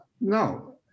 No